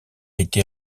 été